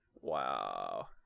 Wow